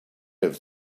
have